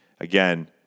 again